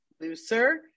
looser